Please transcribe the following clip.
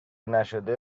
نشده